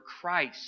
Christ